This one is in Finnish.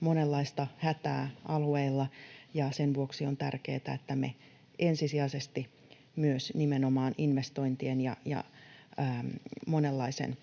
monenlaista hätää alueilla, ja sen vuoksi on tärkeätä, että me ensisijaisesti myös nimenomaan investointien ja monenlaisen